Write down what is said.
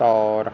ਤੌਰ